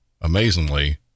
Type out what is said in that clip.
amazingly